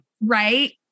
Right